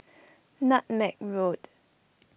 Nutmeg Road